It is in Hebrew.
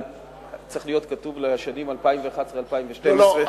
צריך להיות כתוב "לשנים 2011 2012". לא,